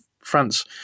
France